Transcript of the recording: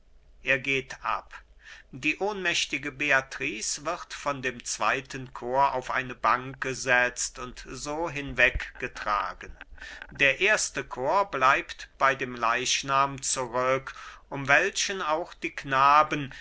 er geht ab die ohnmächtige beatrice wird von dem zweiten chor auf eine bank gesetzt und so hinweg getragen der erste chor bleibt bei dem leichnam zurück um welchen auch die knaben